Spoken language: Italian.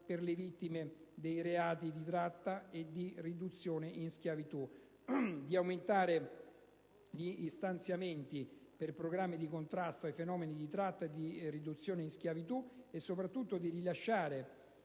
per le vittime dei reati di tratta e di riduzione in schiavitù; di aumentare gli stanziamenti per programmi di contrasto ai fenomeni di tratta e di riduzione in schiavitù e, soprattutto, di rilasciare